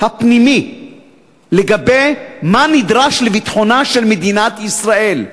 הפנימי לגבי מה נדרש לביטחונה של מדינת ישראל,